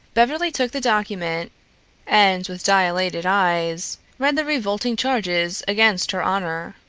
beverly took the document and with dilated eyes read the revolting charges against her honor.